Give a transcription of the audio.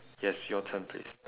yes your turn please